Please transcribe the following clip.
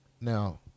Now